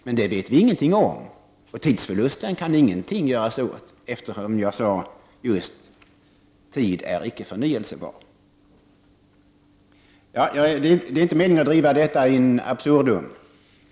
Men det vet vi ingenting om, och tidsförlusten kan man inte göra någonting åt eftersom, som jag just sade, tid icke är förnyelsebar. Det är inte min mening att driva detta in absurdum.